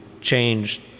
change